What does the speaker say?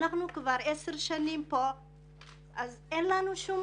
אנחנו כבר 10 שנים כאן ואין לנו שום